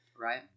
Right